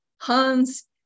Hans